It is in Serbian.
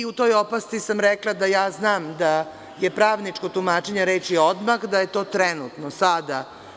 U toj opasci sam rekla da ja znam da je pravničko tumačenje reči „odmah“ da je to trenutno, sada.